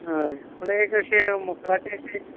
हय पूण एक अशें मकराचें अशें एक